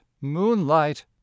moonlight